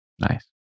Nice